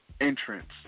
entrance